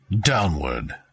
downward